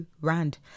Rand